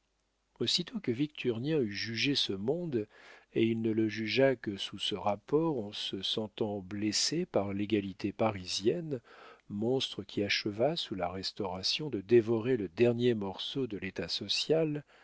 aussitôt que victurnien eut jugé ce monde et il ne le jugea que sous ce rapport en se sentant blessé par l'égalité parisienne monstre qui acheva sous la restauration de dévorer le dernier morceau de l'état social